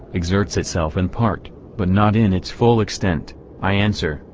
exerts itself in part, but not in its full extent i answer,